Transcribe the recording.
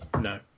No